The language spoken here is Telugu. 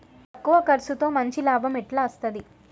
తక్కువ కర్సుతో మంచి లాభం ఎట్ల అస్తది?